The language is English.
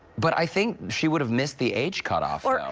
but i think she would have missed the age cutoff low.